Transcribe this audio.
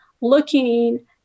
looking